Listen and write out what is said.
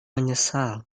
menyesal